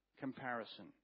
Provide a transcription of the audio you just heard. Comparison